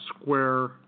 square